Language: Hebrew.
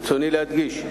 ברצוני להדגיש,